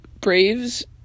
Braves